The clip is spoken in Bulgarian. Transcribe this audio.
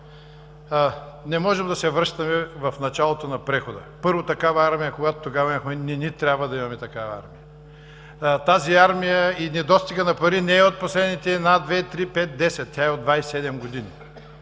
Не можем да се връщаме в началото на прехода. Първо, такава армия, когато тогава имахме, не ни трябва да имаме такава армия. Тази армия и недостигът на пари не са от последните една, две, три, пет, десет, те са от 27 години.